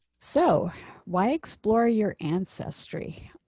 so why explore your ancestry.